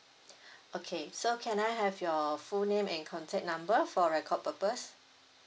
okay so can I have your full name and contact number for record purpose